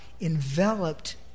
enveloped